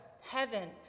heaven